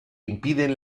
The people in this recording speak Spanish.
impiden